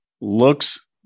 looks